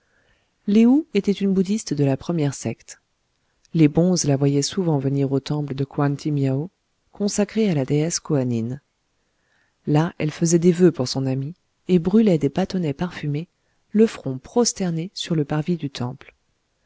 lé ou était une bouddhiste de la première secte les bonzes la voyaient souvent venir au temple de koan ti miao consacré à la déesse koanine là elle faisait des voeux pour son ami et brûlait des bâtonnets parfumés le front prosterné sur le parvis du temple